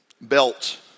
belt